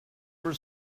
were